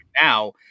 Now